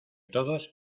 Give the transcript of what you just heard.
todos